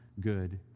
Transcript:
good